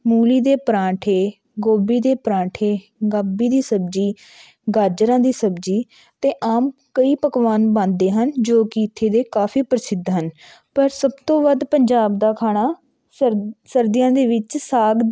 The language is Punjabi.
ਮੂਲੀ ਦੇ ਪਰਾਂਠੇ ਗੋਭੀ ਦੇ ਪਰਾਂਠੇ ਗੋਭੀ ਦੀ ਸਬਜ਼ੀ ਗਾਜਰਾਂ ਦੀ ਸਬਜ਼ੀ ਅਤੇ ਆਮ ਕਈ ਪਕਵਾਨ ਬਣਦੇ ਹਨ ਜੋ ਕਿ ਇੱਥੇ ਦੇ ਕਾਫੀ ਪ੍ਰਸਿੱਧ ਹਨ ਪਰ ਸਭ ਤੋਂ ਵੱਧ ਪੰਜਾਬ ਦਾ ਖਾਣਾ ਸਰ ਸਰਦੀਆਂ ਦੇ ਵਿੱਚ ਸਾਗ